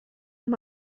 him